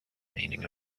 meaning